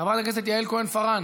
חברת הכנסת יעל כהן-פארן